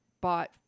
bought